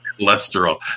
Cholesterol